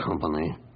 company